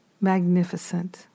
magnificent